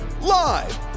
live